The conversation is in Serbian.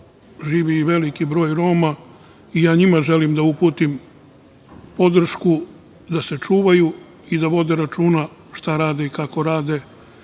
živi i veliki broj Roma i njima želim da uputim podršku da se čuvaju i da vode računa šta rade i kako rade,